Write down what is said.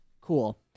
Cool